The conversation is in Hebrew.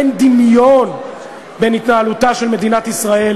אין דמיון בין התנהלותה של מדינת ישראל